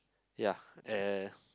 ya uh